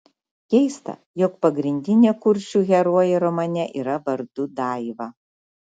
keista jog pagrindinė kuršių herojė romane yra vardu daiva